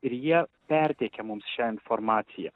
ir jie perteikia mums šią informaciją